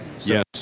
Yes